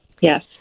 yes